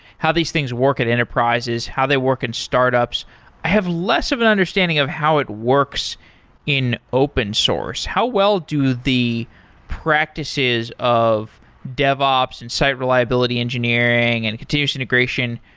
how these things work at enterprises. how they work in startups? i have less of an understanding of how it works in open source. how well do the practices of devops, and site reliability engineering, and continues integration,